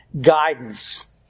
guidance